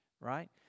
right